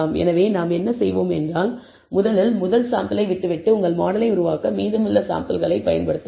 எனவே நாம் என்ன செய்வோம் என்றால் முதலில் முதல் சாம்பிளை விட்டுவிட்டு உங்கள் மாடலை உருவாக்க மீதமுள்ள சாம்பிள்களைப் பயன்படுத்துங்கள்